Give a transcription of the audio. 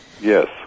Yes